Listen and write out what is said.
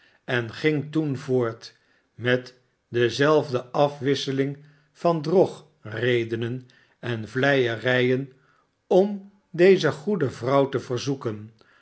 en ging toen voort met dezelfde afwisseling van drogredenen en vleierijen orn deze goede vrouw te verzoeken